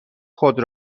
خود